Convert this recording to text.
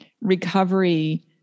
recovery